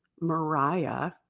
Mariah